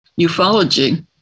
ufology